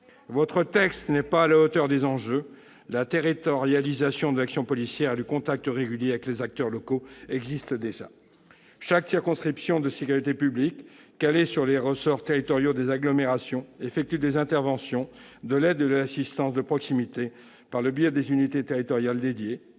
Votre texte n'est pas à la hauteur des enjeux. La territorialisation de l'action policière et le contact régulier avec les acteurs locaux existent déjà. Chaque circonscription de sécurité publique, calée sur les ressorts territoriaux des agglomérations, effectue des interventions, de l'aide et de l'assistance de proximité par le biais des unités territoriales dédiées,